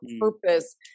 purpose